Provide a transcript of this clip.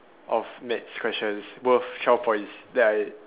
of math question worth twelve points then I